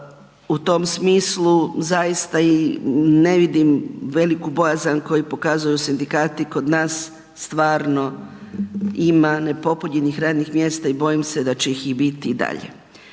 u tom smislu zaista i ne vidim veliku bojazan koju pokazuju sindikati kod nas, stvarno ima nepopunjenih radnih mjesta i bojim se da će ih i biti dalje.